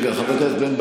אדוני סגן השר,